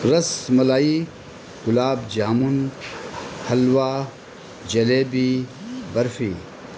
رس ملائی گلاب جامن حلوہ جلیبی برفی